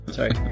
Sorry